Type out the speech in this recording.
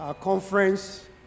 conference